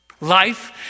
Life